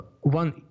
one